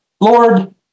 Lord